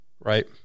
Right